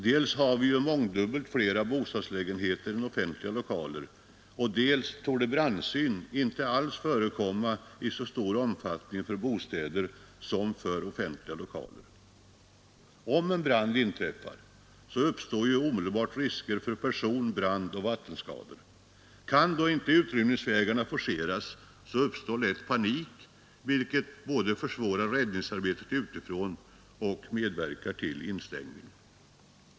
Dels har vi mångdubbelt fler bostadslägenheter än offentliga lokaler, dels torde brandsyn inte alls förekomma i så stor omfattning för bostäder som för offentliga lokaler. Om en brand inträffar, uppstår omedelbart risker för person-, brandoch vattenskador. Kan då inte utrymningsvägarna forceras, uppstår lätt panik, vilket både försvårar räddningsarbetet utifrån och medverkar till instängning.